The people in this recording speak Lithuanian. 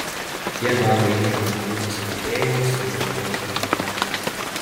jie daro įtaką žmonių pasitikėjimui saugumo jausmui europoje